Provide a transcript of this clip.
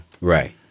Right